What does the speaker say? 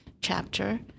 chapter